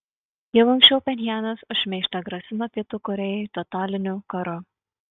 jau anksčiau pchenjanas už šmeižtą grasino pietų korėjai totaliniu karu